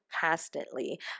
constantly